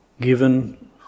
given